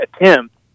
attempt